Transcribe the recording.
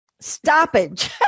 stoppage